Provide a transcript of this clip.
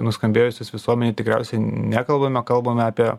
nuskambėjusius visuomenėj tikriausiai nekalbame kalbame apie